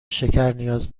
شکرنیاز